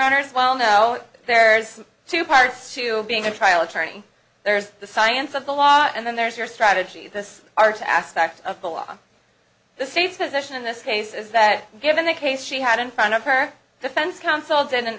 owners well know there's two parts to being a trial attorney there's the science of the law and then there's your strategy this arch aspect of the law the state's position in this case is that given the case she had in front of her defense counsel did an